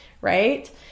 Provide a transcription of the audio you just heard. right